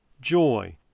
joy